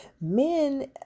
Men